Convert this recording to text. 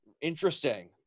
interesting